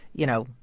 you know,